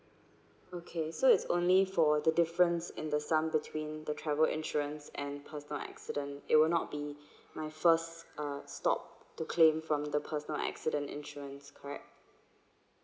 okay so it's only for the difference in the sum between the travel insurance and personal accident it will not be my first uh stop to claim from the personal accident insurance correct